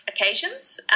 occasions